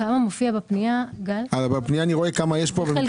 בפנייה אני רואה כמה יש כאן.